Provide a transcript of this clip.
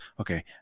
Okay